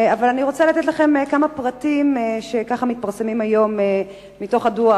אני רוצה לתת לכם כמה פרטים שמתפרסמים היום מתוך הדוח.